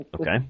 Okay